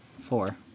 Four